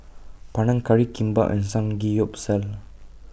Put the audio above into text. Panang Curry Kimbap and Samgeyopsal